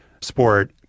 sport